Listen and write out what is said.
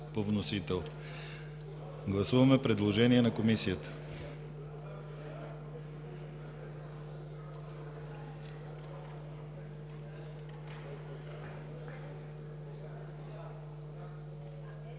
гласуване предложенията на Комисията